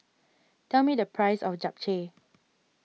tell me the price of Japchae